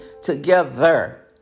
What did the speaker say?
together